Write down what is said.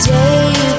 Day